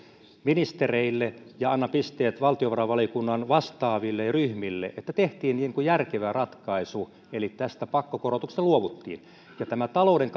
ministereille ja annan pisteet valtiovarainvaliokunnan vastaaville ryhmille että tehtiin järkevä ratkaisu eli tästä pakkokorotuksesta luovuttiin tämä talouden